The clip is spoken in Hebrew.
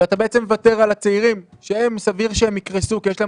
ואתה בעצם מוותר על הצעירים שסביר שהם יקרסו כי יש להם